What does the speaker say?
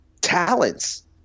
talents